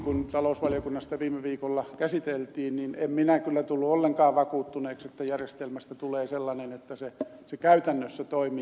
kun sitä talousvaliokunnassa viime viikolla käsiteltiin niin en minä kyllä tullut ollenkaan vakuuttuneeksi että järjestelmästä tulee sellainen että se käytännössä toimii